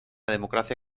democracia